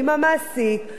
כי הן תלויות בו.